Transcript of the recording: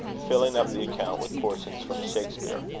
filling up the account with portions from shakspere.